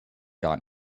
got